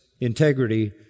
integrity